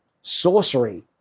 sorcery